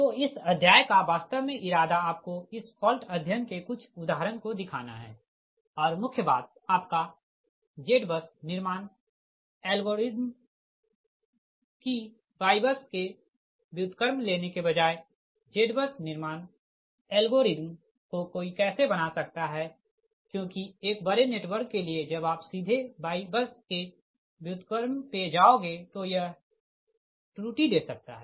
तो इस अध्याय का वास्तव में इरादा आपको इस फॉल्ट अध्ययन के कुछ उदाहरण को दिखाना है और मुख्य बात आपका ZBUS निर्माण एल्गोरिदम कि YBUS के व्युत्क्रम लेने के बजाय ZBUS निर्माण एल्गोरिदम को कोई कैसे बना सकता है क्योंकि एक बड़े नेटवर्क के लिए जब आप सीधे YBUS के व्युत्क्रम पे जाओगे तो यह त्रुटि दे सकता है